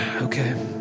Okay